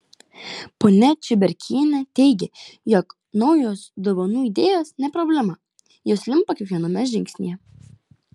ponia čiuberkienė teigia jog naujos dovanų idėjos ne problema jos limpa kiekviename žingsnyje